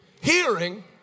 Hearing